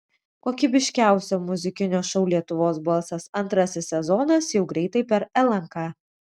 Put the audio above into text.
kokybiškiausio muzikinio šou lietuvos balsas antrasis sezonas jau greitai per lnk